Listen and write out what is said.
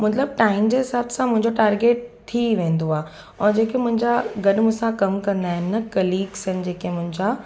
मतिलबु टाइम जे हिसाब सां मुंहिंजो टार्गेट थी वेंदो आहे ऐं जेके मुंहिंजा गॾु मूंसां कमु कंदा आहिनि कलीग्स आहे जेके मुंहिंजा